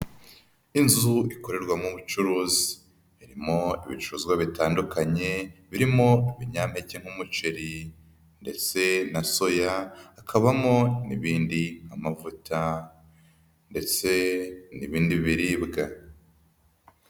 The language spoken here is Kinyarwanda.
Inzu ikorerwa mu ubucuruzi, irimo ibicuruzwa bitandukanye, birimo ibinyampeke nk'umuceri ndetse na soya, hakabamo n'ibindi nk'amavuta ndetse n'ibindi biribwa.